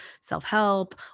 self-help